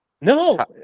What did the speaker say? No